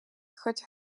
хоть